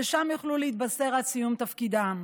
ששם יוכלו להתבשר על סיום תפקידם.